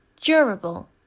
durable